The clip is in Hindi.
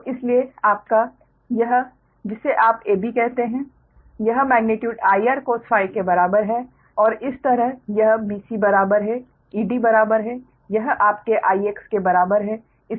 तो इसीलिए आपका यह आपका है जिसे आप AB कहते हैं यह मेग्नीट्यूड IR cos के बराबर है और इसी तरह यह BC बराबर है ED बराबर है यह आपके IX के बराबर है